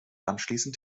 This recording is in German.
anschließend